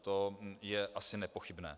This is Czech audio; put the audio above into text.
To je asi nepochybné.